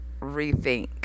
rethink